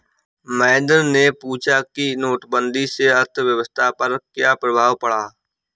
महेंद्र ने पूछा कि नोटबंदी से अर्थव्यवस्था पर क्या प्रभाव पड़ा